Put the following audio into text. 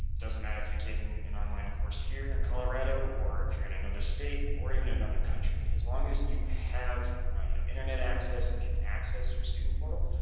doesn't matter if you're taking an online course here in colorado, or if you're in another state or even another country. as long as you have you know internet access and can access your student portal.